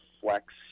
flex